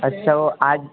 اچھا وہ آج